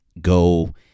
go